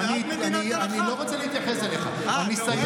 חבר הכנסת בועז, לא להפריע.